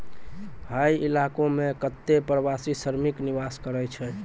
हय इलाको म कत्ते प्रवासी श्रमिक निवास करै छै